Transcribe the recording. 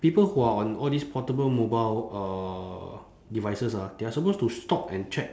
people who are on all these portable mobile uh devices ah they are supposed to stop and check